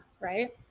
Right